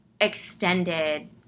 extended